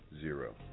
zero